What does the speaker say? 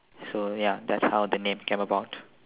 so ya that's how the name came about